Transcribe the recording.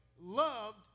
loved